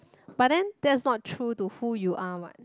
but then that's not true to who you are what